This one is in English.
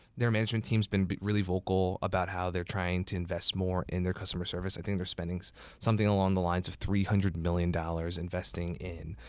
their management team's been really vocal about how they're trying to invest more in their customer service. i think they're spending so something along the lines of three hundred million dollars, investing in